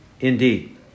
indeed